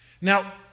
Now